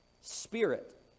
spirit